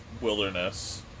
wilderness